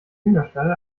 hühnerstall